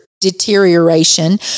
deterioration